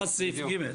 --- סעיף ג.